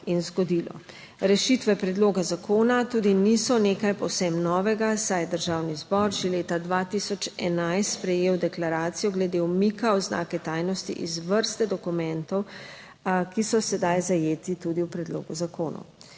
in zgodilo. Rešitve predloga zakona tudi niso nekaj povsem novega, saj je Državni zbor že leta 2011 sprejel deklaracijo glede umika oznake tajnosti iz vrste dokumentov, ki so sedaj zajeti tudi v predlogu zakona.